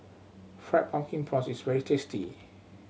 Fried Pumpkin Prawns is very tasty